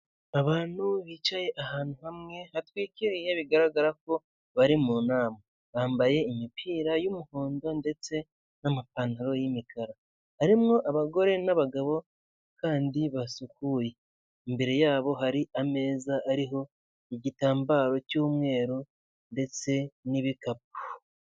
Abantu bicaye ahantu hamwe hatwikiriye bigaragara ko bari mu nama, bambaye imipira y'umuhondo ndetse n'amapantaro yimikara harimo abagore n'abagabo kandi basukuye imbere yabo hari ameza ariho igitambaro cy'umweru ndetse n'ibikapu.